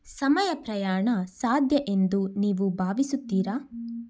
ಸಮಯ ಪ್ರಯಾಣ ಸಾಧ್ಯ ಎಂದು ನೀವು ಭಾವಿಸುತ್ತೀರಾ